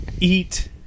eat